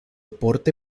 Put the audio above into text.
porte